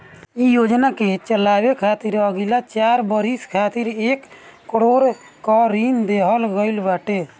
इ योजना के चलावे खातिर अगिला चार बरिस खातिर एक करोड़ कअ ऋण देहल गईल बाटे